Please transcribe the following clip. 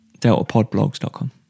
DeltaPodBlogs.com